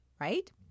right